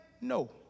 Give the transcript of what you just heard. no